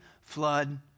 flood